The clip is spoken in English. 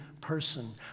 person